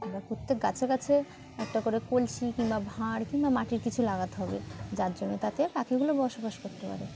আমরা প্রত্যেক গাছে গাছে একটা করে কলসি কিংবা ভাঁড় কিংবা মাটির কিছু লাগাতে হবে যার জন্যে তাতে পাখিগুলো বসবাস করতে পারে